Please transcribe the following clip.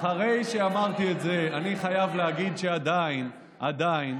אחרי שאמרתי את זה, אני חייב להגיד שעדיין, עדיין,